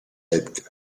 helped